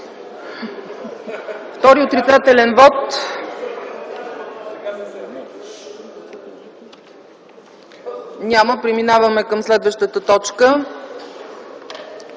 втори отрицателен вот? Няма. Преминаваме към следваща точка: